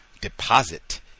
deposit